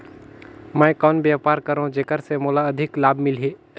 मैं कौन व्यापार करो जेकर से मोला अधिक लाभ मिलही?